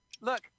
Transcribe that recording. look